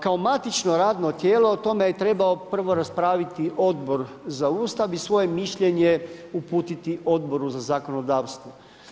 Kao matično radno tijelo o tome je trebao prvo raspraviti Odbor za Ustav i svoje mišljenje uputiti Odboru za zakonodavstvo.